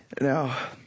Now